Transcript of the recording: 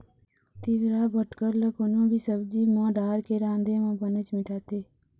तिंवरा बटकर ल कोनो भी सब्जी म डारके राँधे म बनेच मिठाथे